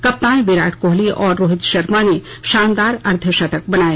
कप्तान विराट कोहली और रोहित शर्मा ने शानदार अर्द्धशतक बनाए